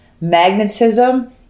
magnetism